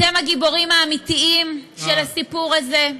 אתם הגיבורים האמיתיים של הסיפור הזה.